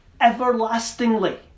everlastingly